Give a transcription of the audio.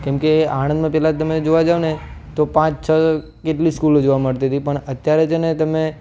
કેમ કે આણંદનું પહેલાં જ તમે જોવા જાવ ને તો પાંચ છ જેટલી સ્કૂલો જોવા મળતી હતી પણ અત્યારે છે ને તમે